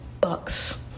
bucks